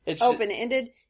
open-ended